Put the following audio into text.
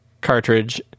cartridge